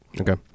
Okay